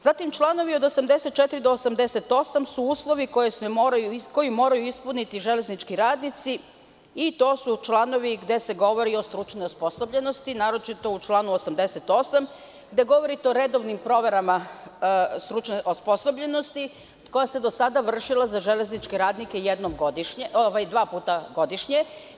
Zatim, članovi od 84. do 88. su uslovi koje moraju ispuniti železnički radnici i to su članovi gde se govori o stručnoj osposobljenosti, naročito u članu 88. gde govorite o redovnim proverama stručne osposobljenosti koja se do sada vršila za železničke radnike dva puta godišnje.